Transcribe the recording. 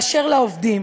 באשר לעובדים,